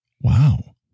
Wow